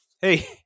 Hey